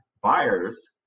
buyers